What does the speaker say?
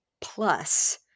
plus